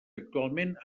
actualment